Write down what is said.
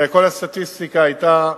וכל הסטטיסטיקה היתה,